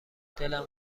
دلم